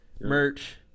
merch